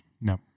No